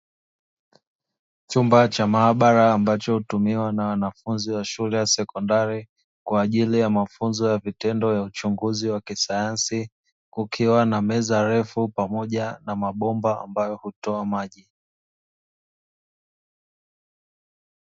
Chumba cha maabara ambacho hutumiwa na wanafunzi wa shule ya sekondari kwaajili ya mafunzo ya vitendo ya uchunguzi wa kisayansi, kukiwa na meza refu pamoja na mabomba ambayo hutoa maji.